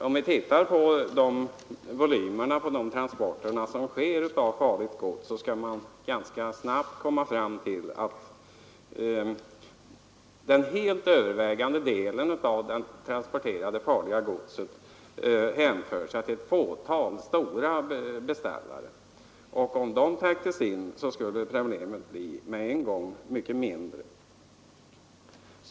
Om vi ser på volymen av de transporter av farligt gods som företas, kommer vi ganska snabbt fram till att den helt övervägande delen av det transporterade farliga godset hänför sig till ett fåtal stora beställare, och om de täcktes in skulle problemet med en gång bli mycket mindre.